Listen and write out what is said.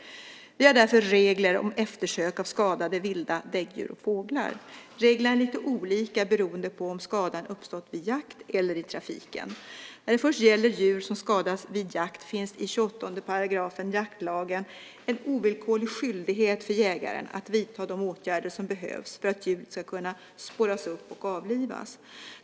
Vi har därför regler om eftersök av skadade vilda däggdjur och fåglar. Reglerna är lite olika beroende på om skadan uppstått vid jakt eller i trafiken. När det först gäller djur som skadats vid jakt finns i 28 § jaktlagen en ovillkorlig skyldighet för jägaren att vidta de åtgärder som behövs för att djuret ska kunna spåras upp och avlivas.